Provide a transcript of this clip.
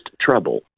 trouble